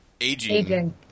aging